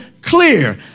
clear